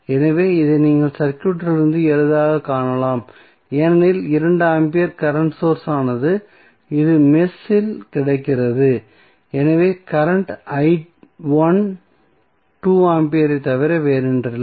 எனவே இதை நீங்கள் சர்க்யூட்டிலிருந்து எளிதாகக் காணலாம் ஏனெனில் 2 ஆம்பியர் கரண்ட் சோர்ஸ் ஆனது இது மெஷ் இல் கிடைக்கிறது எனவே கரண்ட் 2 ஆம்பியரைத் தவிர வேறில்லை